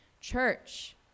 Church